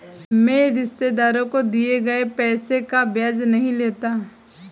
मैं रिश्तेदारों को दिए गए पैसे का ब्याज नहीं लेता